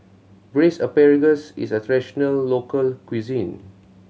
Braised Asparagus is a traditional local cuisine